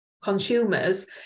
Consumers